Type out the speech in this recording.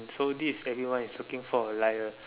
so this is everyone is looking for like a